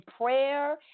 prayer